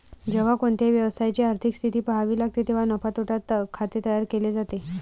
जेव्हा कोणत्याही व्यवसायाची आर्थिक स्थिती पहावी लागते तेव्हा नफा तोटा खाते तयार केले जाते